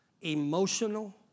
emotional